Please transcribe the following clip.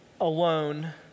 alone